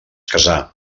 casà